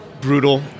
Brutal